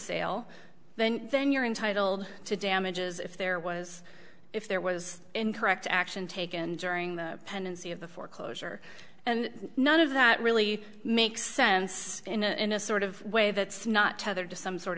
sale then then you're entitled to damages if there was if there was incorrect action taken during the pendency of the foreclosure and none of that really makes sense in a sort of way that's not tethered to some sort